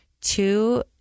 two